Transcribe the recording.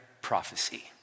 prophecy